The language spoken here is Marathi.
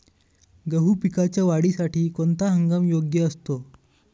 गहू पिकाच्या वाढीसाठी कोणता हंगाम योग्य असतो?